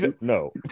no